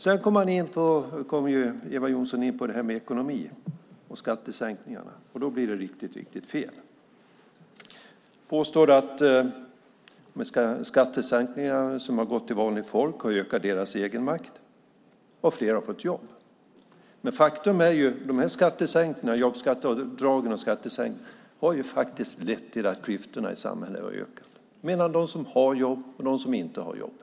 Sedan kommer Eva Johnsson in på det här med skattesänkningar. Då blir det riktigt fel. Hon påstår att skattesänkningarna har gått till vanligt folk och har ökat deras egenmakt och att fler har fått jobb. Men faktum är att jobbskatteavdragen och skattesänkningarna har lett till att klyftorna i samhället har ökat mellan dem som har jobb och dem som inte har jobb.